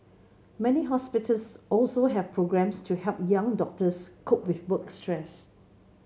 many hospitals also have programmes to help young doctors cope with work stress